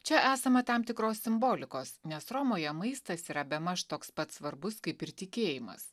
čia esama tam tikros simbolikos nes romoje maistas yra bemaž toks pat svarbus kaip ir tikėjimas